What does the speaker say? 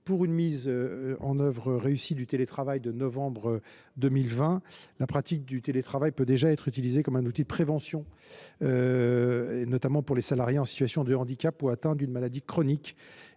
pour une mise en œuvre réussie du télétravail, la pratique du télétravail peut déjà être utilisée comme un outil de prévention, notamment pour les salariés en situation de handicap ou atteints d’une maladie chronique.